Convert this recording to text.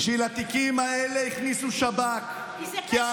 בשביל התיקים האלה הכניסו שב"כ, כי זה פשע לאומני.